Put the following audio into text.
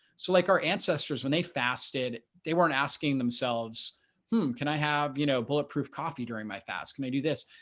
so like our ancestors when they fasted they weren't asking themselves food can i have you know, bulletproof coffee during my fast can they do this?